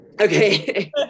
Okay